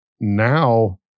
Now